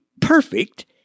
perfect